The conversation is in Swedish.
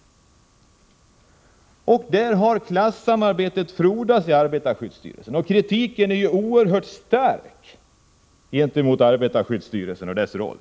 I arbetarskyddsstyrelsen har klassamarbetet frodats. Kritiken är oerhört stark mot arbetarskyddsstyrelsen och dess roll.